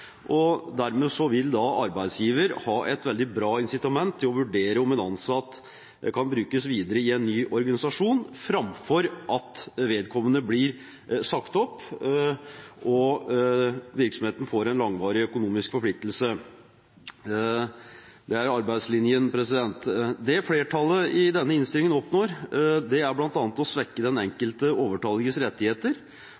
og dermed vil arbeidsgiver ha et veldig bra incitament til å vurdere om en ansatt kan brukes videre i en ny organisasjon, framfor at vedkommende blir sagt opp og virksomheten får en langvarig økonomisk forpliktelse. Det er arbeidslinjen. Det flertallet i denne innstillingen oppnår, er bl.a. å svekke den enkelte overtalliges rettigheter,